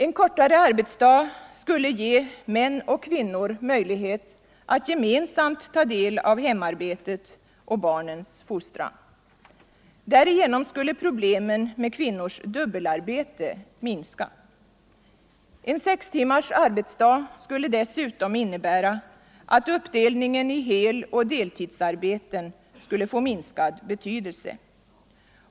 En kortare arbetsdag skulle ge män och kvinnor möjlighet att gemensamt ta del av hemarbetet och barnens fostran. Därigenom skulle problemen med kvinnors dubbelarbete minska. En sex timmars arbetsdag skulle dessutom innebära att uppdelningen i heloch deltidsarbeten skulle få minskad betydelse.